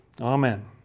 amen